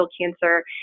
cancer